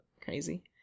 crazy